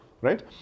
right